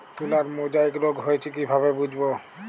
তুলার মোজাইক রোগ হয়েছে কিভাবে বুঝবো?